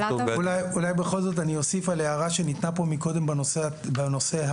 אולי בכל זאת אני אוסיף על הערה שניתנה קודם בנושא הסוללות.